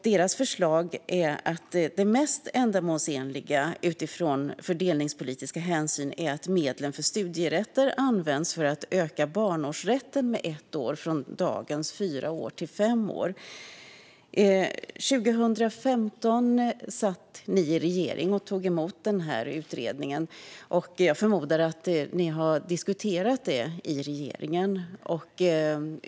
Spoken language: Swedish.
Det mest ändamålsenliga utifrån fördelningspolitiska hänsyn, säger de, är att medlen för studierätter används för att öka barnårsrätten med ett år från dagens fyra år till fem år. År 2015 satt ni i regering och tog emot denna utredning, Matilda Ernkrans. Jag förmodar att ni har diskuterat den i regeringen.